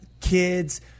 kids